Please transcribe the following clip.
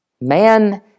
Man